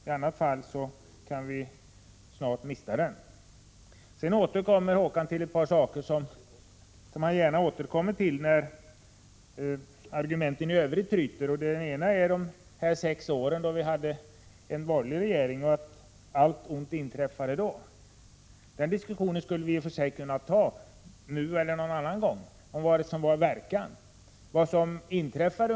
I annat fall kan vi snart mista den. 3 Håkan Strömberg återkommer till ett par saker som han gärna tar till när argumenten tryter. En sak som han återkommer till är de sex åren då vi hade borgerlig regering och då allt ont skulle ha inträffat. Den diskussionen skulle vi i och för sig kunna ta upp nu, eller någon annan gång. Vi skulle kunna diskutera vad det var som inverkade.